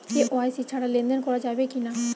KYC ছাড়া লেনদেন করা যাবে কিনা?